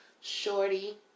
Shorty